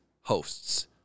hosts